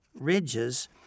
ridges